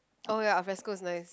oh ya alfresco is nice